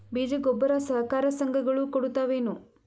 ಬೀಜ ಗೊಬ್ಬರ ಸರಕಾರ, ಸಂಘ ಗಳು ಕೊಡುತಾವೇನು?